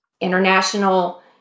international